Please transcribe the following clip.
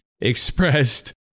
expressed